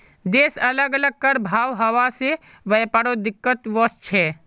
देशत अलग अलग कर भाव हवा से व्यापारत दिक्कत वस्छे